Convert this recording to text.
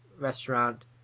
restaurant